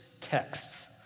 texts